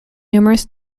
numerous